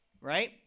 Right